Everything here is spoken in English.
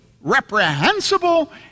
reprehensible